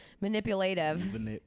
Manipulative